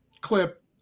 clip